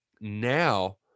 now